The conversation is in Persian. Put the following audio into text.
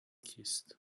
کیست